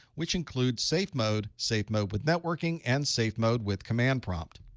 which includes safe mode, safe mode with networking, and safe mode with command prompt.